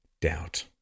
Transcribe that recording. doubt